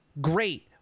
Great